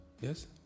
Yes